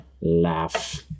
Laugh